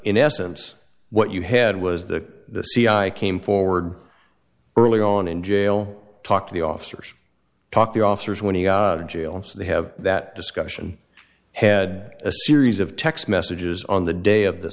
in essence what you had was the c i came forward early on in jail talk to the officers talk the officers when he jail so they have that discussion had a series of text messages on the day of the